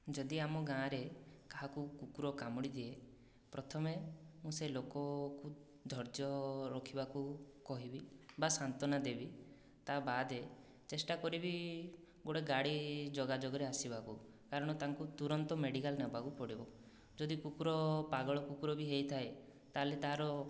ଯଦି ଆମ ଗାଁରେ କାହାକୁ କୁକୁର କାମୁଡ଼ି ଦିଏ ପ୍ରଥମେ ଆମେ ସେହି ଲୋକକୁ ଧୈର୍ଯ୍ୟ ରଖିବାକୁ କହିବି ବା ସାନ୍ତ୍ଵନା ଦେବି ତା ବାଦ ଚେଷ୍ଟା କରିବି ଗୋଟିଏ ଗାଡ଼ି ଯୋଗାଯୋଗରେ ଆସିବାକୁ କାରଣ ତାଙ୍କୁ ତୁରନ୍ତ ମେଡ଼ିକାଲ ନେବାକୁ ପଡ଼ିବ ଯଦି କୁକୁର ପାଗଳ କୁକୁର ବି ହୋଇଥାଏ ତାହେଲେ ତାର